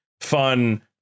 fun